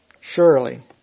surely